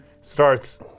starts